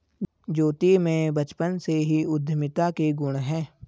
ज्योति में बचपन से ही उद्यमिता के गुण है